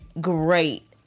great